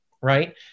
right